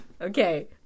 Okay